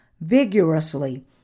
vigorously